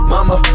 Mama